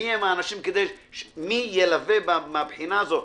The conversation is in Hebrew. מי האנשים, מי ילווה מן הבחינה הזאת.